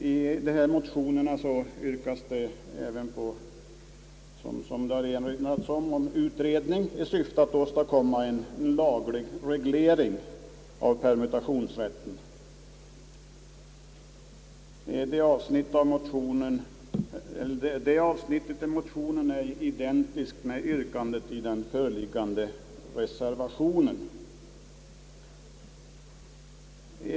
I motionerna yrkas det, som sagts, om utredning i syfte att åstadkomma en laglig reglering av permutationsrätten. Det avsnittet i motionen är identiskt med yrkandet i reservationen.